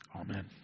Amen